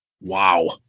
wow